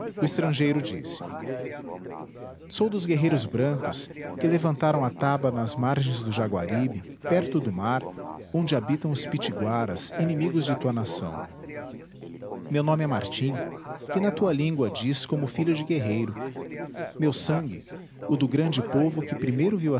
o estrangeiro disse sou dos guerreiros brancos que levantaram a taba nas margens do jaguaribe perto do mar onde habitam os pitiguaras inimigos de tua nação meu nome é martim que na tua língua diz como filho de guerreiro meu sangue o do grande povo que primeiro viu